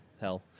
hell